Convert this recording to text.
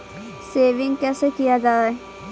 Saving कैसै किया जाय?